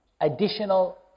additional